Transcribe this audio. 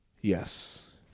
Yes